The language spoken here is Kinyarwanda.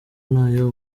ntayo